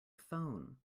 phone